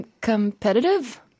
competitive